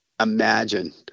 imagine